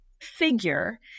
figure